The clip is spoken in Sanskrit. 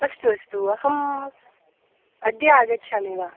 अस्तु अस्तु अहम् अद्य आगच्छामि वा